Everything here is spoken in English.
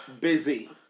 busy